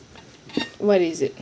what is it